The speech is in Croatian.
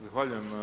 Zahvaljujem.